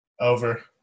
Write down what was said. Over